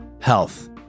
health